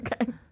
Okay